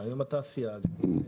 והיום ---,